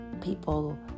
people